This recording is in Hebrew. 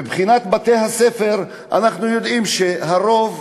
מבחינת בתי-הספר אנחנו יודעים שהרוב,